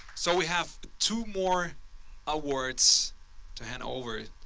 so we have two more awards to hand over.